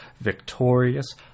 victorious